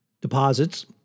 deposits